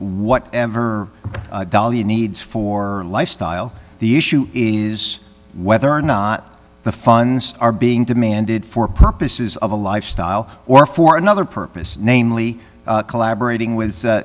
whatever the needs for lifestyle the issue is whether or not the funds are being demanded for purposes of a lifestyle or for another purpose namely collaborating with